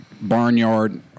barnyard